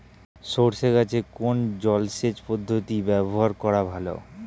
সরষে গাছে কোন জলসেচ পদ্ধতি ব্যবহার করা ভালো?